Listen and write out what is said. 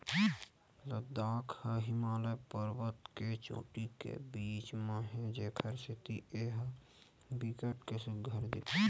लद्दाख ह हिमालय परबत के चोटी के बीच म हे जेखर सेती ए ह बिकट के सुग्घर दिखथे